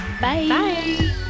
Bye